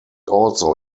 also